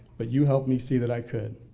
but you helped me see that i could.